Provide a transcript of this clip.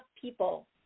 people